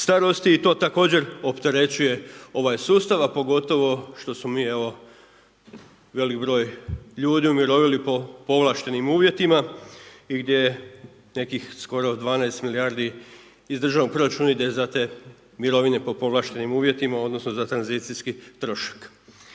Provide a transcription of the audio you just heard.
i to također opterećuje ovaj sustav, a pogotovo što smo mi evo velik broj ljudi umirovili po povlaštenim uvjetima i gdje nekih skoro 12 milijardi iz državnog proračuna ide za te mirovine po povlaštenim uvjetima, odnosno za tranzicijski trošak.